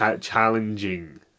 challenging